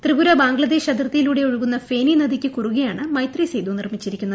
ത്രിപുര ബംഗ്ലാദേശ് അതിർത്തിയിലൂടെ ഒഴുകുന്ന ഫെനി നദിയ്ക്ക് കുറുകെയാണ് മൈത്രി സേതു നിർമ്മിച്ചിരിക്കുന്നത്